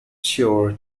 sure